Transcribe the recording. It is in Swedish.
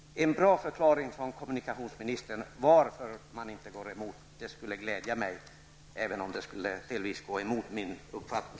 Jag skulle bli glad om kommunikationsministern ville ge mig en bra förklaring, även om den delvis skulle strida mot min uppfattning.